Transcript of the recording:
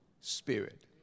Spirit